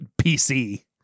PC